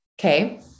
Okay